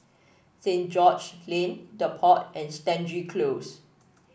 Saint George's Lane The Pod and Stangee Close